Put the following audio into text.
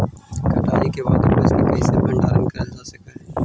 कटाई के बाद उपज के कईसे भंडारण करल जा सक हई?